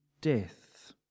death